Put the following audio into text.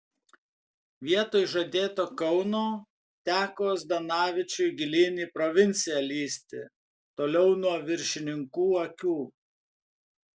vietoj žadėto kauno teko zdanavičiui gilyn į provinciją lįsti toliau nuo viršininkų akių